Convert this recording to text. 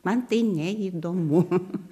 man tai neįdomu